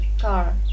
car